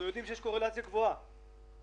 את הסיסמאות כולנו יודעים, כולם מכירים.